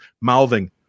mouthing